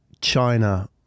china